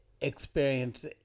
experience